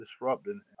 disrupting